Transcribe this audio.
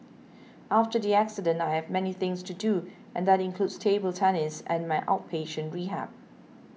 after the accident I have many things to do and that includes table tennis and my outpatient rehab